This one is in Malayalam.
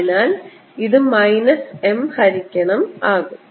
അതിനാൽ ഇത് മൈനസ് m ഹരിക്കണം ആകും